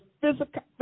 physical